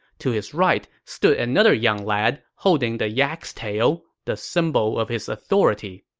to his right stood another young lad holding the yak's tail, the symbol of his authority.